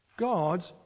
God